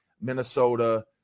Minnesota